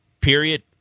period